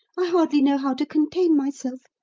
i hardly know how to contain myself.